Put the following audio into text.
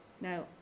now